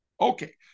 Okay